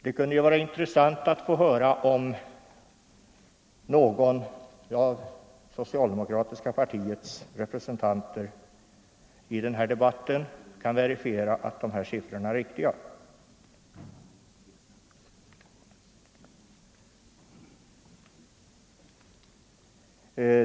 Det kunde ju vara intressant att få höra om någon av det socialdemokratiska partiets representanter i denna debatt kan verifiera att dessa siffror är riktiga.